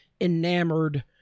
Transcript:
enamored